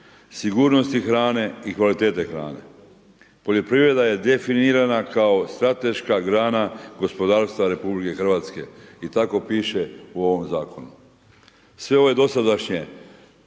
sigurnosti hrane i kvalitete hrane. Poljoprivreda je definira kao strateška grana gospodarstva RH i tako piše u ovom zakonu. Sve ove dosadašnje